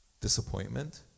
Disappointment